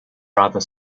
rather